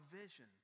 vision